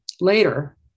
later